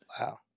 Wow